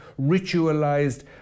ritualized